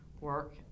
work